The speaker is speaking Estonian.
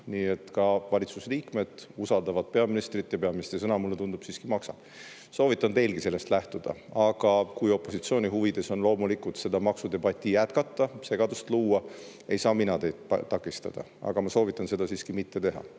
Nii et ka valitsusliikmed usaldavad peaministrit ja peaministri sõna, mulle tundub, siiski maksab. Soovitan teilgi sellest lähtuda. Aga kui opositsiooni huvides on loomulikult seda maksudebatti jätkata, segadust luua, ei saa mina teid takistada. Aga ma soovitan seda siiski mitte teha.